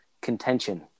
contention